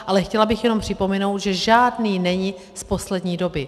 Ale chtěla bych jenom připomenout, že žádný není z poslední doby.